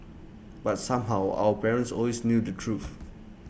but somehow our parents always knew the truth